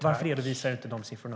Varför redovisar du inte de siffrorna?